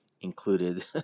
included